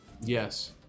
Yes